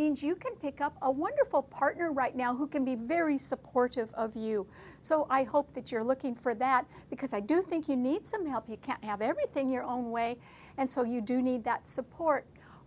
means you can pick up a wonderful partner right now who can be very supportive of you so i hope that you're looking for that because i do think you need some help you can't have everything your own way and so you do need that support